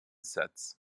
sets